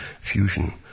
fusion